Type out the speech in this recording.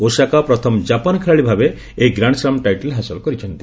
Osaka ପ୍ରଥମ Japan ଖେଳାଳି ଭାବେ ଏହି ଗ୍ରାଣ୍ଡସ୍ଲାମ ଟାଇଟଲ ହାସଲ କରିଛନ୍ତି